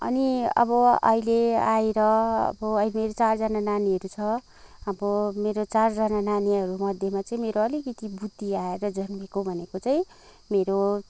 अनि अब अहिले आएर अब मेरो चारजना नानीहरू छ अब मेरो चारजना नानीहरूमध्येमा चाहिँ मेरो अलिकति बुद्धि आएर जन्मिएको भनेको चाहिँ मेरो